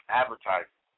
advertising